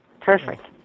Perfect